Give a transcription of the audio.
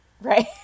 right